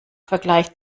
vergleich